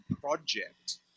Project